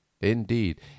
Indeed